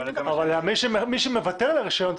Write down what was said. אבל מי שמוותר על הרישיון,